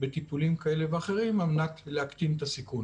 בטיפולים כאלה ואחרים על מנת להקטין את הסיכון.